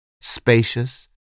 spacious